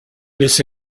this